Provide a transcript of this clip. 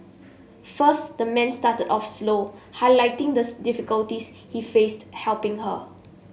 first the man started off slow highlighting the difficulties he faced helping her